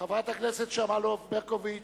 חברת הכנסת יוליה שמאלוב-ברקוביץ,